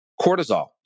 Cortisol